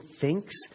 thinks